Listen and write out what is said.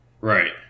right